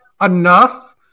enough